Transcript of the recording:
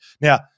Now